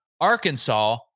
Arkansas